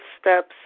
steps